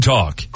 Talk